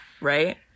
Right